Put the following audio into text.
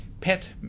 PET